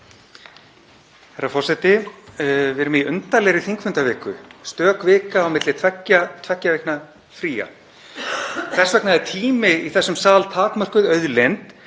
SPEECH_BEGIN Forseti. Við erum í undarlegri þingfundaviku, stök vika á milli tveggja vikna fría. Þess vegna er tími í þessum sal takmörkuð auðlind